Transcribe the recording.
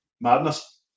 madness